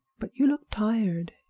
but you look tired,